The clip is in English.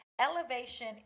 Elevation